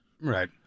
Right